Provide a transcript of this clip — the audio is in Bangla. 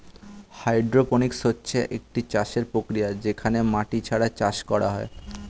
হাইড্রোপনিক্স হচ্ছে একটি চাষের প্রক্রিয়া যেখানে মাটি ছাড়া চাষ করা হয়